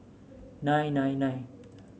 nine nine nine